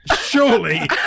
surely